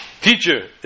teacher